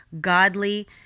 godly